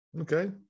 okay